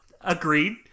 Agreed